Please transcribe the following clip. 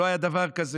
לא היה דבר כזה.